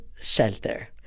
shelter